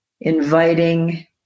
inviting